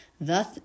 Thus